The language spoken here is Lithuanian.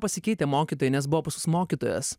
pasikeitę mokytojai nes buvo pas mus mokytojas